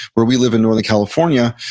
where we live in northern california,